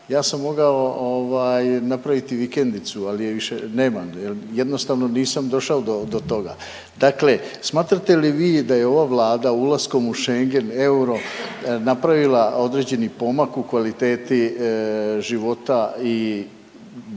ja sam mogao napraviti vikendicu, ali je više nemam, jer jednostavno nisam došao do toga. Dakle, smatrate li vi da je ova Vlada ulaskom u Schengen i euro napravila određeni pomak u kvaliteti života i boljeg